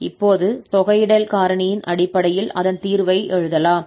இப்போது தொகையிடல் காரணியின் அடிப்படையில் அதன் தீர்வை எழுதலாம்